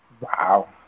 Wow